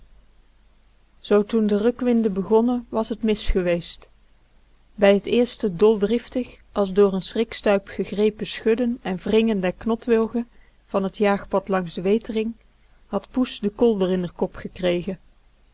toen de rukwinden begonnen was t mis geweest bij t eerste doldriftig als door n schrikstuip gegrepen schudden en wringen der knotwilgen van t jaagpad langs de wetering had poes den kolder in r kop gekregen